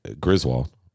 Griswold